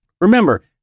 Remember